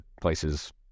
places